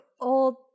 old